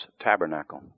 tabernacle